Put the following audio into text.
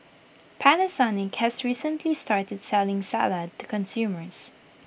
Panasonic has recently started selling salad to consumers